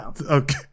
Okay